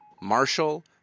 Marshall